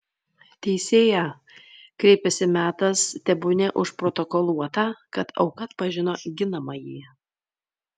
teisėja kreipėsi metas tebūnie užprotokoluota kad auka atpažino ginamąjį